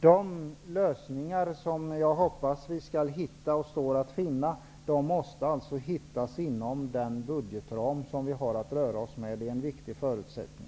De lösningar som jag hoppas att vi skall finna, måste hålla sig inom den budgetram som vi har att röra oss inom. Det är en viktig förutsättning.